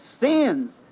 sins